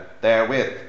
therewith